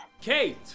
Kate